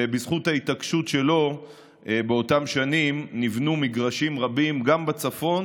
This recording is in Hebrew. ובזכות ההתעקשות שלו באותן שנים נבנו מגרשים רבים גם בצפון